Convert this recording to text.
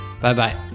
Bye-bye